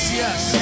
yes